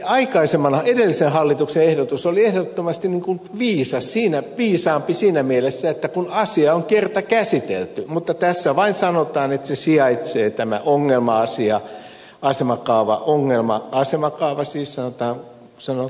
se edellisen hallituksen ehdotus oli ehdottomasti viisaampi siinä mielessä että kun asia on kerta käsitelty se on näin mutta tässä vain sanotaan ehdoksi että tämä ongelma asia sanotaanpa vaikka ongelma asemakaava sisältää sanoo